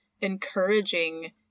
encouraging